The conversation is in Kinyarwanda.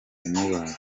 kumubaga